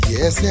Yes